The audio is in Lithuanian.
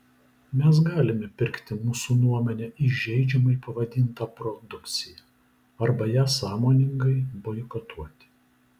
mes galime pirkti mūsų nuomone įžeidžiamai pavadintą produkciją arba ją sąmoningai boikotuoti